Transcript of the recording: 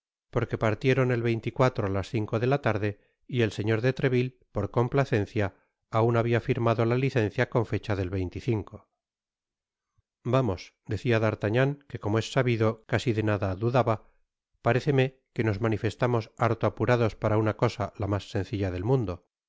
porque partieron el y las cinco de la tarde y el señor de treville por complacencia aun habia firmado la licencia con fecha del vamos decia d'artagnan que como es sabido casi de nada dudaba paréceme que nos manifestamos harto apurados para una cosa la mas sencilla del mundo